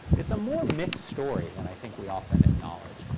it's a more mixed story than i think we often acknowledge.